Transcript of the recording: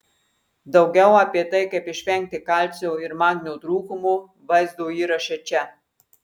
daugiau apie tai kaip išvengti kalcio ir magnio trūkumo vaizdo įraše čia